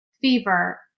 fever